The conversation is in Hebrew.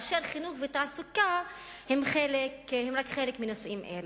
כאשר חינוך ותעסוקה הם רק חלק מנושאים אלה.